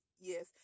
yes